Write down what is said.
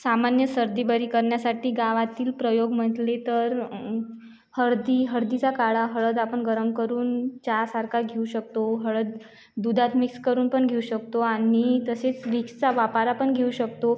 सामान्य सर्दी बरी करण्यासाठी गावातील प्रयोग म्हटले तर हळदी हळदीचा काडा हळद आपण गरम करून चहासारखा घेऊ शकतो हळद दुधात मिस्क करून पण घेऊ शकतो आणि तसेच विक्सचा वाफारा पण घेऊ शकतो